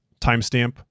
Timestamp